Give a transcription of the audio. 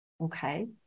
Okay